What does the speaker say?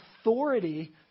authority